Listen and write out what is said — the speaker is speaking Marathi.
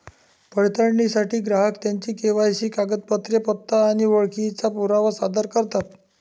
पडताळणीसाठी ग्राहक त्यांची के.वाय.सी कागदपत्रे, पत्ता आणि ओळखीचा पुरावा सादर करतात